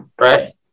Right